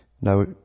Now